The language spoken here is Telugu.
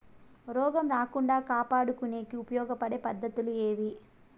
రోగం రాకుండా కాపాడుకునేకి ఉపయోగపడే పద్ధతులు ఏవి?